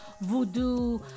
voodoo